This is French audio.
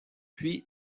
puis